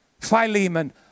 Philemon